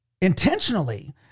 intentionally